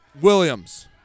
Williams